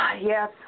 Yes